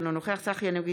אינו נוכח אמיר אוחנה,